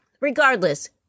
Regardless